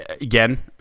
Again